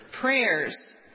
prayers